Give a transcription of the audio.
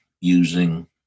using